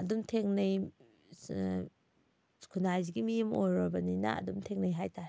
ꯑꯗꯨꯝ ꯊꯦꯡꯅꯩ ꯈꯨꯅꯥꯏꯁꯤꯒꯤ ꯃꯤ ꯑꯃ ꯑꯣꯏꯔꯨꯕꯅꯤꯅ ꯑꯗꯨꯝ ꯊꯦꯡꯅꯩ ꯍꯥꯏ ꯇꯥꯏ